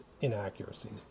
inaccuracies